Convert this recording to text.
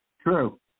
True